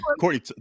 courtney